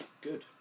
good